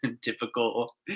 Typical